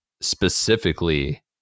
specifically